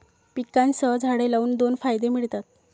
पिकांसह झाडे लावून दोन फायदे मिळतात